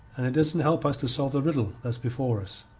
and it doesn't help us to solve the riddle that's before us.